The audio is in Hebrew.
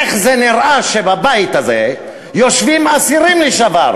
איך זה נראה שבבית הזה יושבים אסירים לשעבר,